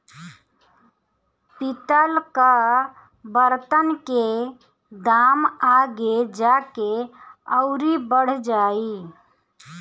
पितल कअ बर्तन के दाम आगे जाके अउरी बढ़ जाई